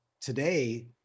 today